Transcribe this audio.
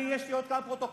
יש לי עוד כמה פרוטוקולים,